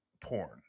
porn